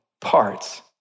parts